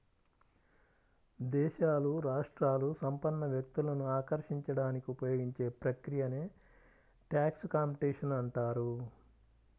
దేశాలు, రాష్ట్రాలు సంపన్న వ్యక్తులను ఆకర్షించడానికి ఉపయోగించే ప్రక్రియనే ట్యాక్స్ కాంపిటీషన్ అంటారు